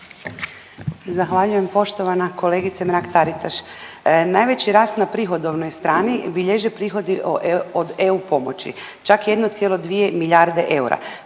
Zahvaljujem poštovana kolegice Mrak-Taritaš. Najveći rast na prihodovnoj strani bilježe prihodi od EU pomoći, čak 1,2 milijarde eura.